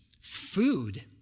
Food